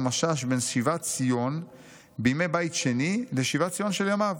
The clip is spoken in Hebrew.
משאש בין שיבת ציון בימי בית שני לשיבת ציון של ימיו.